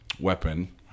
weapon